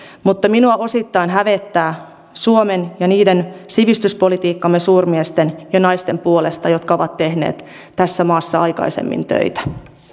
mutta minua osittain hävettää suomen ja niiden sivistyspolitiikkamme suurmiesten ja naisten puolesta jotka ovat tehneet tässä maassa aikaisemmin töitä